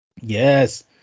Yes